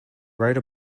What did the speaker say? wrote